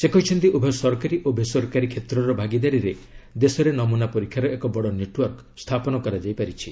ସେ କହିଛନ୍ତି ଉଭୟ ସରକାରୀ ଓ ବେସରକାରୀ କ୍ଷେତ୍ରର ଭାଗିଦାରିରେ ଦେଶରେ ନମ୍ରନା ପରୀକ୍ଷାର ଏକ ବଡ ନେଟୱର୍କ ସ୍ଥାପନ କରାଯାଇଛି